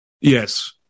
Yes